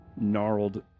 gnarled